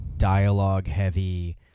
dialogue-heavy